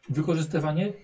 wykorzystywanie